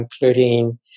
including